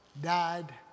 died